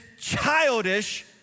childish